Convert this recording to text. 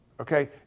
okay